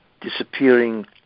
disappearing